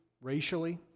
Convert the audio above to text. racially